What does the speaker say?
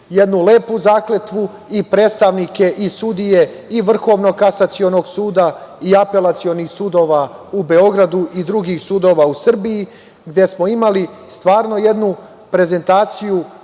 jednu lepu zakletvu i predstavnike i sudije i Vrhovnog kasacionog suda i apelacionih sudova u Beogradu i drugih sudova u Srbiji, gde smo imali stvarno jednu prezentaciju